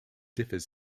differs